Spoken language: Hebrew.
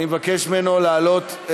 אני מבקש ממנו לעלות ולברך.